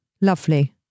lovely